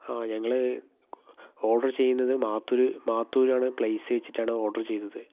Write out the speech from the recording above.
ആ ഞങ്ങൾ ഓർഡർ ചെയ്യുന്നത് മാത്തൂര് മാത്തൂരാണ് പ്ലെയ്സ് വെച്ചിട്ടാണ് ഓർഡർ ചെയ്തത്